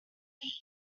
feet